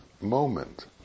moment